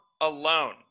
alone